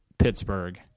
Pittsburgh